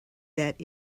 that